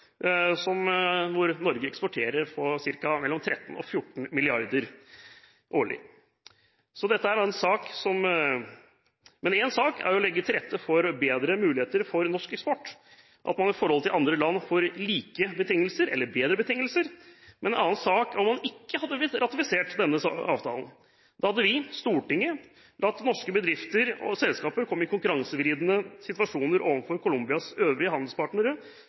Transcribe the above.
og hvor Norge eksporterer for ca. 13–14 mrd. kr årlig. Men én sak er å legge til rette for bedre muligheter for norsk eksport – at man i forhold til andre land får like eller bedre betingelser. En annen sak er om man ikke hadde ratifisert denne avtalen. Da hadde vi, Stortinget, latt norske bedrifter og selskaper komme i konkurransevridende situasjoner – til fordel for Colombias øvrige handelspartnere